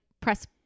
press